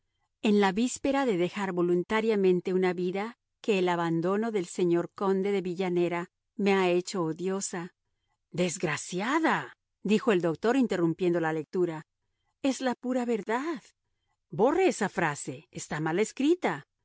en la víspera de dejar voluntariamente una vida que el abandono del señor conde de villanera me ha hecho odiosa desgraciada dijo el doctor interrumpiendo la lectura es la verdad pura borre esa frase está mal escrita